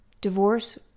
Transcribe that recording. divorce